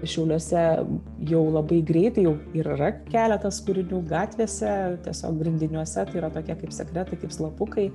šiauliuose jau labai greitai jau ir yra keletas kūrinių gatvėse tiesiog grindiniuose tai yra tokie kaip sekretai kaip slapukai